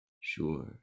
sure